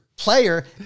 Player